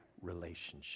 relationship